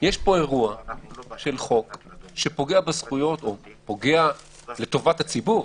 יש פה אירוע של חוק שפוגע בטובת הציבור,